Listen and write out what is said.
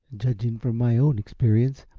judging from my own experience,